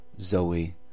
Zoe